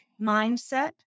mindset